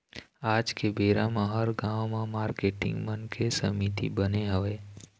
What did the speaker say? आज के बेरा म हर गाँव म मारकेटिंग मन के समिति बने हवय